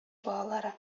балалары